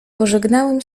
pożegnałem